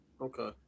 Okay